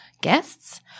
guests